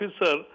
officer